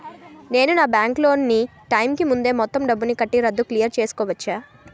నేను నా bank loan నీ టైం కీ ముందే మొత్తం డబ్బుని కట్టి రద్దు క్లియర్ చేసుకోవచ్చా?